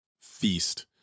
feast